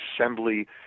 assembly